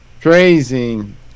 praising